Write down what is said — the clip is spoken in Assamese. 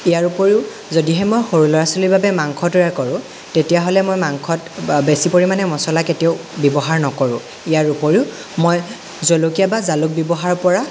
ইয়াৰ উপৰিও যদিহে মই সৰু ল'ৰা ছোৱালীৰ বাবে মাংস তৈয়াৰ কৰোঁ তেতিয়াহ'লে মই মাংসত বেছি পৰিমাণে মছলা কেতিয়াও ব্যৱহাৰ নকৰোঁ ইয়াৰ উপৰিও মই জলকীয়া বা জালুক ব্যৱহাৰৰ পৰা